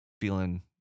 feeling